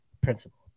principle